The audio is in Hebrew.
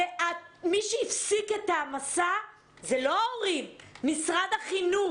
הרי מי שהפסיק את המסע זה לא ההורים אלא משרד החינוך.